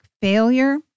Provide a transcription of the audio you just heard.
failure